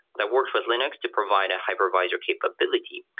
that works with linux to provide a hypervisor capability.